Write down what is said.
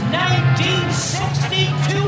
1962